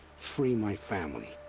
free my family.